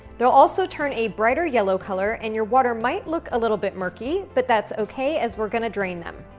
they're also turn a brighter yellow color and your water might look a little bit murky, but that's okay as we're gonna drain them.